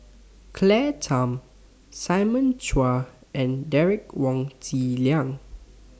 Claire Tham Simon Chua and Derek Wong Zi Liang